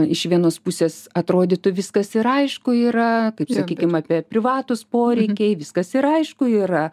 iš vienos pusės atrodytų viskas yra aišku yra kaip sakykim apie privatūs poreikiai viskas ir aišku yra